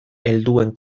helduen